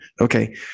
Okay